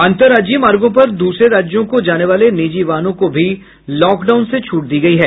अंतरराज्जीय मार्गों पर दूसरे राज्यों को जाने वाले निजी वाहनों को भी लॉकडाउन से छूट दी गयी है